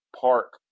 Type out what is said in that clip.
park